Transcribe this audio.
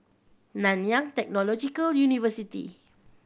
Nanyang Technological University